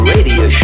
Radio